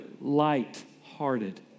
light-hearted